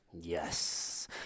Yes